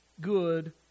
Good